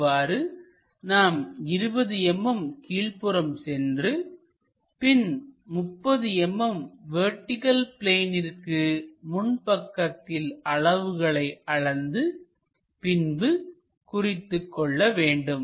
இவ்வாறு நாம் 20 mm கீழ்ப்புறம் சென்று பின் 30 mm வெர்டிகள் பிளேனிற்கு முன்பக்கத்தில் அளவுகளை அளந்து பின்பு குறித்துக்கொள்ள வேண்டும்